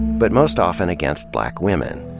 but most often against black women.